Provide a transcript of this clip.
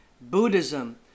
Buddhism